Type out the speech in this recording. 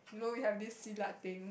you know we have this silat thing